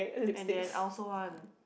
and then I also want